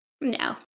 No